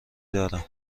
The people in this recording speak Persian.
دارم